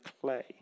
clay